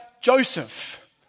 Joseph